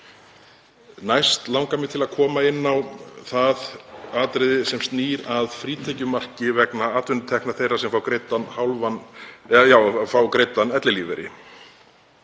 Næst langar mig að koma inn á atriði sem snýr að frítekjumarki vegna atvinnutekna þeirra sem fá greiddan ellilífeyri.